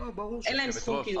אין להם זכות קיום.